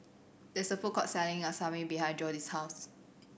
there is a food court selling Salami behind Jody's house